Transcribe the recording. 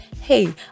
hey